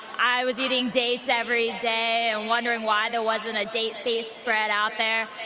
i was eating dates every day and wondering why there wasn't a date-based spread out there.